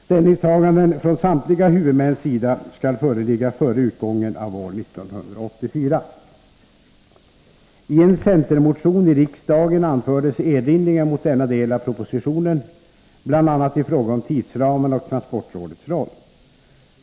Ställningstaganden från samtliga huvudmäns sida skall föreligga före utgången av år 1984. I en centermotion i riksdagen anfördes erinringar mot denna del av propositionen, bl.a. i fråga om tidsramarna och transportrådets roll.